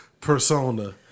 persona